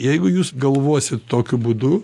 jeigu jūs galvosit tokiu būdu